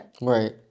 right